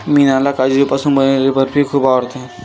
मीनाला काजूपासून बनवलेली बर्फी खूप आवडते